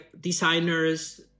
designers